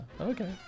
okay